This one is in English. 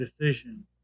decision